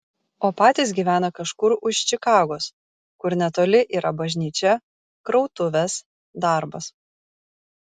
o patys gyvena kažkur už čikagos kur netoli yra bažnyčia krautuvės darbas